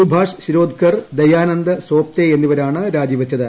സുഭാഷ് ശിരോദ്കർ ദയാനന്ദ് സോപ്തേ എന്നിവരാണ് രാജി വച്ചത്